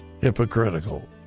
Hypocritical